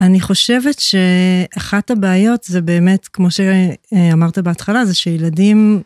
אני חושבת שאחת הבעיות זה באמת, כמו שאמרת בהתחלה, זה שילדים...